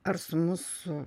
ar su mūsų